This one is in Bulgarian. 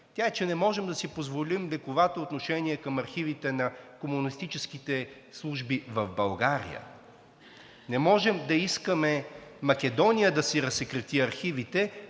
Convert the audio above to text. тя е, че не можем да си позволим лековато отношение към архивите на комунистическите служби в България. Не може да искаме Македония да си разсекрети архивите,